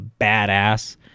badass